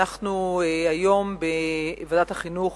אנחנו אישרנו היום בוועדת החינוך,